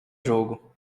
jogo